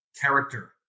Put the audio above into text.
character